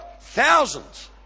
Thousands